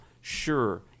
sure